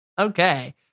okay